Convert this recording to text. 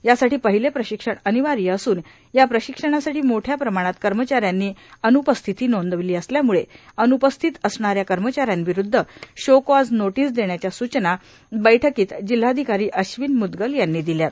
यासाठी पहिले प्रशिक्षण अनिवार्य असून या प्रशिक्षणासाठी मोठ्या प्रमाणात कर्मचाऱ्यांनी अन्पस्थिती नोंदविली असल्यामुळे अन्पस्थित असणाऱ्या कर्मचाऱ्यांविरुद्ध शो कॉज नोटीस देण्याच्या सूचना बैठकीत जिल्हाधिकारी अश्विन मुदगल यांनी दिल्यात